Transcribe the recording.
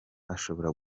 ashobora